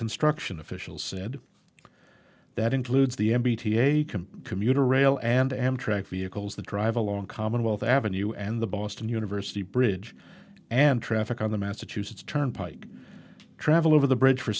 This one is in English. construction officials said that includes the m b t a commuter rail and amtrak vehicles that drive along commonwealth avenue and the boston university bridge and traffic on the massachusetts turnpike travel over the bridge for